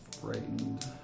Frightened